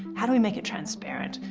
how do we make it transparent?